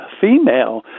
female